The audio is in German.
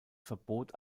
verbot